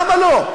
למה לא?